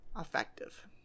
effective